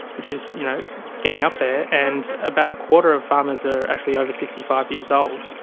which is you know getting up there. and about a quarter of farmers are actually over sixty five years old.